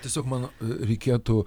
tiesiog mano reikėtų